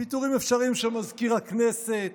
פיטורים אפשריים של מזכיר הכנסת,